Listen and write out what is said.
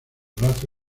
brazo